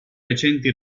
recenti